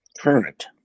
current